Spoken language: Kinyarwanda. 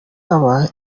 yaba